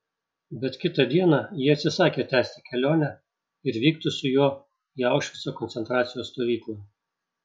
bet kitą dieną ji atsisakė tęsti kelionę ir vykti su juo į aušvico koncentracijos stovyklą